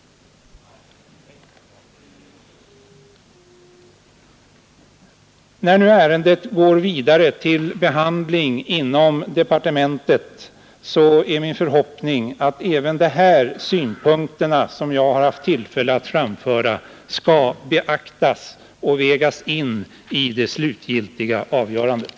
Det är min förhoppning att de synpunkter som jag har haft tillfälle att framföra skall beaktas när ärendet går vidare till behandling inom departementet och att de synpunkterna skall vägas in i det slutgiltiga avgörandet.